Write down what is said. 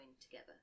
together